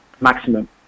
maximum